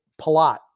Palat